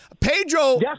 Pedro